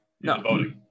No